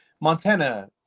Montana